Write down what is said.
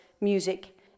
music